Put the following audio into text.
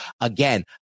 again